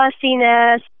fussiness